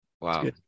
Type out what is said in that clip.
wow